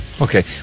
Okay